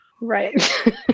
Right